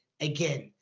again